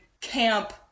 camp